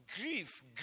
grief